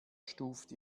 stuft